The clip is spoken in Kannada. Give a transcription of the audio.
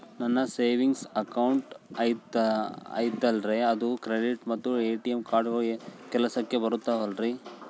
ನನ್ನ ಸೇವಿಂಗ್ಸ್ ಅಕೌಂಟ್ ಐತಲ್ರೇ ಅದು ಕ್ರೆಡಿಟ್ ಮತ್ತ ಎ.ಟಿ.ಎಂ ಕಾರ್ಡುಗಳು ಕೆಲಸಕ್ಕೆ ಬರುತ್ತಾವಲ್ರಿ?